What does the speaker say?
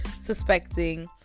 suspecting